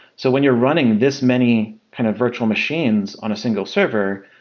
so when you're running this many kind of virtual machines on a single server,